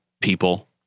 people